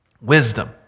Wisdom